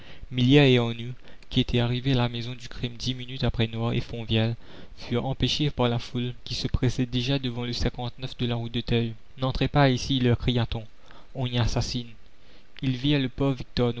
millière et arnould qui étaient arrivés à la maison du crime dix minutes après noir et fonvielle furent empêchés par la foule qui se pressait déjà devant le de la rue d'auteuil n'entrez pas ici leur cria-t-on on y assassine ils virent le